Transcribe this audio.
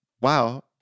Wow